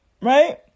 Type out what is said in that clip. right